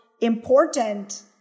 important